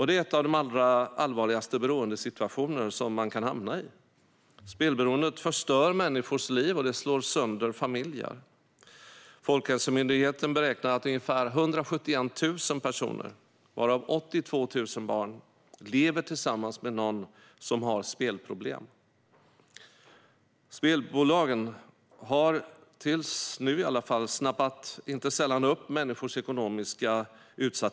Det är en av de allra allvarligaste beroendesituationer som man kan hamna i. Spelberoendet förstör människors liv och slår sönder familjer. Folkhälsomyndigheten beräknar att ungefär 171 000 personer, varav 82 000 barn, lever tillsammans med någon som har spelproblem. Spelbolagen har i alla fall fram till nu inte sällan snappat upp människors ekonomiska utsatthet.